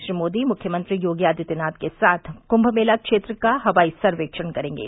श्री मोदी मुख्यमंत्री योगी आदित्यनाथ के साथ कृंम मेला क्षेत्र का हवाई सर्वेक्षण करेंगे